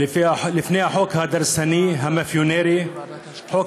לפני החוק הדורסני, המאפיונרי, חוק